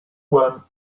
one